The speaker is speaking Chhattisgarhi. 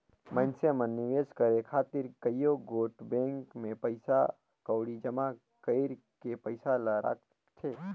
मइनसे मन निवेस करे खातिर कइयो गोट बेंक में पइसा कउड़ी जमा कइर के पइसा ल राखथें